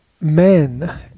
men